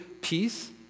peace